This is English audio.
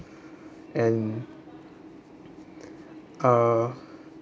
and uh